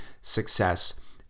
Success